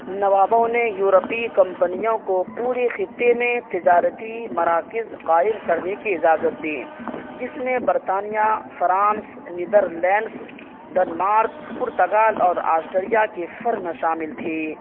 نوابوں نے یورپی کمپنیوں کو پورے خطے میں تجارتی مراکز قائم کرنے کی اجازت دی جس میں برطانیہ فرانس نیدر لینڈس ڈنمارک پرتغال اور آسٹریا کی فرم شامل تھی